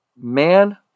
Man